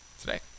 today